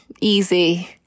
Easy